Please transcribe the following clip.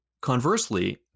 conversely